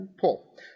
pull